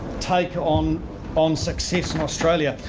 take on on success in australia.